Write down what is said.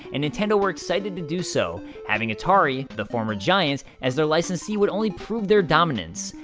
and nintendo were excited to do so having atari, the former giant, as their licensee would only prove their dominance.